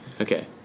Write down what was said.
Okay